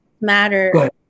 Matter